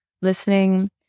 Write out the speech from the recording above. listening